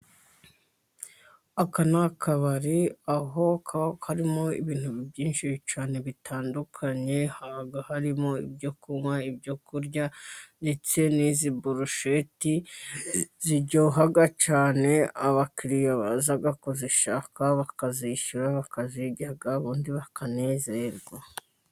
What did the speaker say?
Aka ni kabari aho karimo ibintu byinshi cyane bitandukanye, haba harimo, ibyo kunywa, ibyo kurya, ndetse n'izi burusheti ziryoha cyane, abakiriya baza kuzishaka bakazishyura bakazirya, ubundi bakanezerwa.